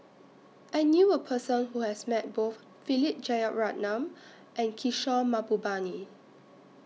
I knew A Person Who has Met Both Philip Jeyaretnam and Kishore Mahbubani